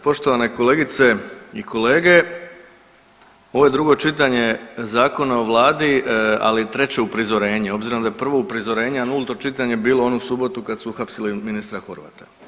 Poštovane kolegice i kolege, ovo je drugo čitanje Zakona o vladi, ali treće uprizorenje obzirom da je prvo uprizorenje, a nulto čitanje bilo onu subotu kad su uhapsili ministra Horvata.